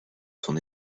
son